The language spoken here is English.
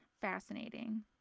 fascinating